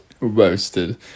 Roasted